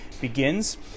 begins